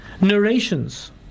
narrations